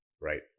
right